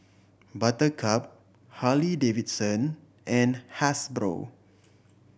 Buttercup Harley Davidson and Hasbro